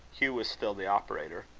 hugh was still the operator.